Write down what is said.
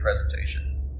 presentation